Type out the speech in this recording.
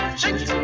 shake